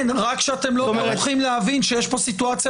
כן, רק שאתם לא טורחים להבין שיש פה סיטואציה